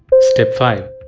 step five.